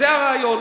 זה הרעיון.